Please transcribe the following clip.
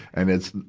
and it's,